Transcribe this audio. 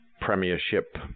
premiership